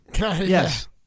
Yes